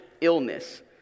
illness